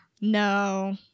No